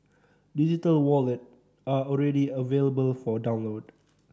digital wallet are already available for download